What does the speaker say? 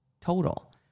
total